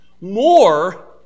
more